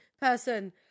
person